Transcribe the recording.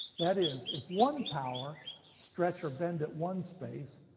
that is, if one power stretch or bend at one space,